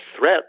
threat